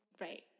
Right